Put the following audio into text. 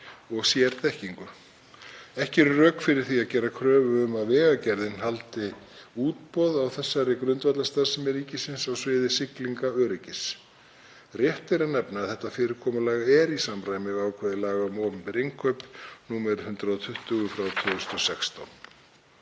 og sérþekkingu. Ekki eru rök fyrir því að gera kröfu um að Vegagerðin haldi útboð á þessari grundvallarstarfsemi ríkisins á sviði siglingaöryggis. Rétt er að nefna að þetta fyrirkomulag er í samræmi við ákvæði laga um opinber innkaup, nr. 120/2016.